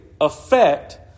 Affect